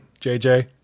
JJ